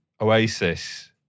Oasis